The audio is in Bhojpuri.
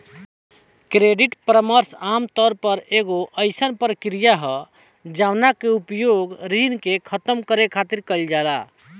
क्रेडिट परामर्श आमतौर पर एगो अयीसन प्रक्रिया ह जवना के उपयोग ऋण के खतम करे खातिर कईल जाला